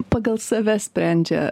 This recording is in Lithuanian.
pagal save sprendžia